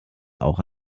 auch